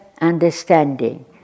understanding